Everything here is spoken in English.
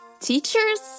teachers